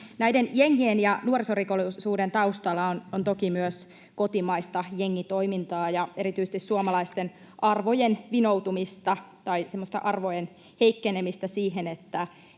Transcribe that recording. Näiden jengien ja nuorisorikollisuuden taustalla on toki myös kotimaista jengitoimintaa, ja erityisesti suomalaisten arvojen vinoutumista tai semmoista arvojen heikkenemistä siihen,